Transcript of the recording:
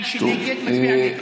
מי שנגד, מצביע נגד.